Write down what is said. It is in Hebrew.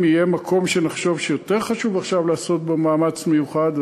אם יהיה מקום שנחשוב שיותר חשוב עכשיו לעשות בו מאמץ מיוחד,